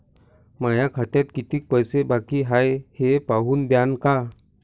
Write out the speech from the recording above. माया खात्यात कितीक पैसे बाकी हाय हे पाहून द्यान का?